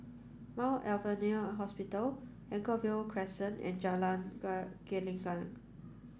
Mount Alvernia Hospital Anchorvale Crescent and Jalan Gelenggang